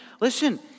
Listen